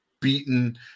beaten